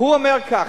הוא אומר כך,